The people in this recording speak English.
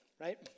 right